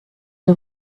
les